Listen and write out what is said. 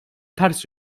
ters